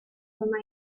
for